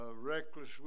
reckless